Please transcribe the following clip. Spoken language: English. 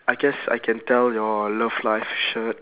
I guess I can tell your love live shirt